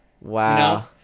Wow